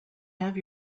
have